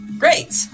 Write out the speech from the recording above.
Great